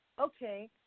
okay